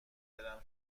برم